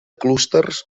clústers